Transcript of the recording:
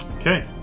Okay